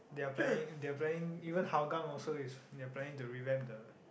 their planning their planning even Hougang also is their planning to revamp the